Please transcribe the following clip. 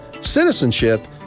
citizenship